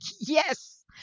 yes